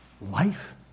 life